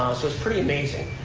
so it's pretty amazing.